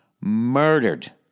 murdered